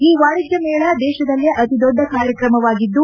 ಈ ವಾಣಿಜ್ಯ ಮೇಳ ದೇತದಲ್ಲೇ ಅತಿದೊಡ್ಡ ಕಾರ್ಯಕ್ರಮವಾಗಿದ್ದು